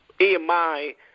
EMI